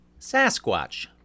Sasquatch